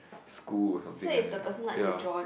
school or something like that ya